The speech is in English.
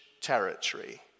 territory